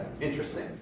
interesting